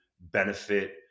benefit